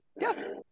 yes